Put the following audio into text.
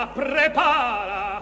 prepara